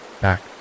back